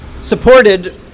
supported